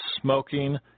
smoking